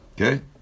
Okay